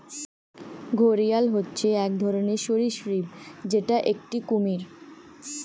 ঘড়িয়াল হচ্ছে এক ধরনের সরীসৃপ যেটা একটি কুমির